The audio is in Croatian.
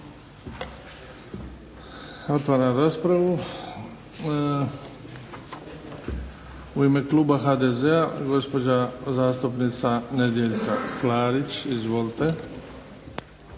Otvaram raspravu. U ime kluba HDZ-a gospođa zastupnica Nedjeljka Klarić. Izvolite.